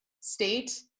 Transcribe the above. state